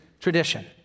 tradition